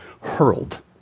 hurled